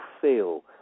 feel